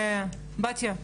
בתיה,